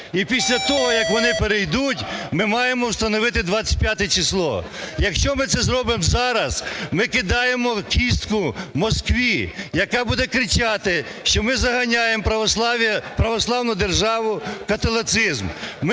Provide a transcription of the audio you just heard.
І після того, як вони перейдуть, ми маємо встановити 25 число. Якщо ми це зробимо зараз, ми кидаємо кістку Москві, яка буде кричати, що ми заганяємо православ'я, православну державу в католицизм,